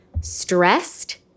Stressed